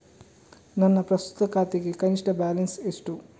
ನನ್ನ ಪ್ರಸ್ತುತ ಖಾತೆಗೆ ಕನಿಷ್ಠ ಬ್ಯಾಲೆನ್ಸ್ ಎಷ್ಟು?